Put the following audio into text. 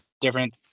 different